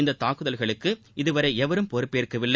இந்தத் தாக்குதல்களுக்கு இதுவரை எவரும் பொறுப்பேற்கவில்லை